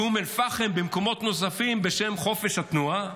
באום אל-פחם, במקומות נוספים, בשם חופש התנועה.